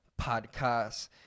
podcast